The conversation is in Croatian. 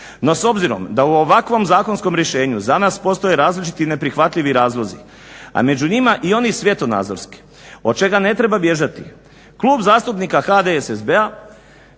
No, s obzirom da u ovakvom zakonskom rješenju za nas postoje različiti neprihvatljivi razlozi, a među njima i oni svjetonazorski od čega ne treba bježati. Klub zastupnika HDSSB-a